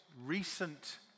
recent